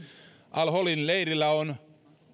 al holin leirillä on